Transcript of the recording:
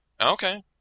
Okay